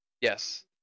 Yes